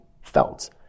felt